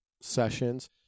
Sessions